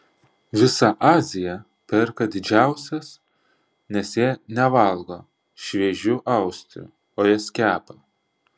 visa azija perka didžiausias nes jie nevalgo šviežių austrių o jas kepa